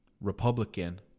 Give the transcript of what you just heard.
Republican